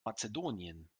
mazedonien